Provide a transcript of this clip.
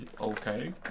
Okay